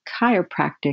chiropractic